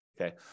Okay